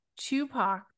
Tupac